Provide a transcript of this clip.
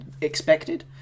expected